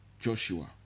Joshua